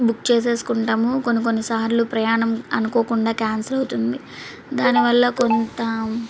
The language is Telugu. బుక్ చేసేసుకుంటాము కొన్ని కొన్ని సార్లు ప్రయాణం అనుకోకుండా క్యాన్సల్ అవుతుంది దాని వల్ల కొంత